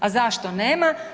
A zašto nema?